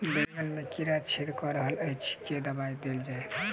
बैंगन मे कीड़ा छेद कऽ रहल एछ केँ दवा देल जाएँ?